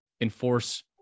enforce